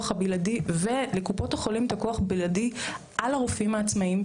הבלעדי ולקופות החולים את הכוח הבלעדי על הרופאים העצמאיים,